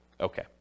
Okay